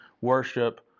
worship